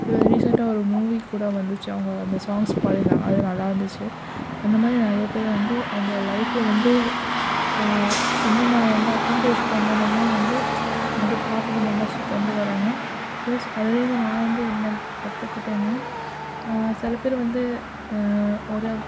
இப்போ ரீசெண்டாக ஒரு மூவி கூட வந்துச்சு அவங்க அந்த சாங்ஸ் பாடியிருந்தாங்க அது நல்லாருந்துச்சு அந்த மாதிரி நிறைய பேர் வந்து அவங்க லைஃபில் வந்து என்னென்ன வந்து அக்கம்பிலீஷ் பண்ணணுமோ வந்து அது பாட்டு மூலயுமா சொ கொண்டு வராங்க பிளஸ் அதிலேருந்து நான் வந்து என்ன கற்றுக்கிட்டேன்னா சில பேர் வந்து ஒரு